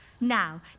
Now